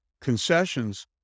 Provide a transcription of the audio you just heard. concessions